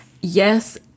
yes